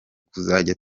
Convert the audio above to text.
kuzajya